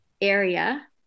area